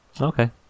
Okay